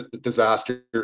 disaster